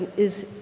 and is,